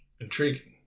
Intriguing